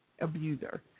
abuser